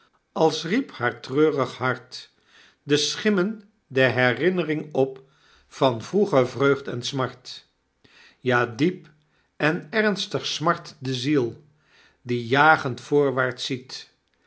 als riep haar treurig hart de schimmen der herinn'ring op van vroeger vreugd en smart ja diep en ernstig smacht de ziel die jagend voorwaarts ziet